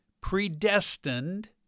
predestined